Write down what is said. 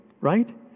right